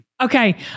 Okay